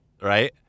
right